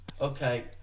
Okay